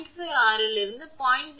5 R இலிருந்து 0